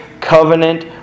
covenant